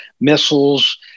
missiles